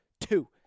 Two